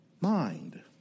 mind